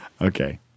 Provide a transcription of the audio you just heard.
Okay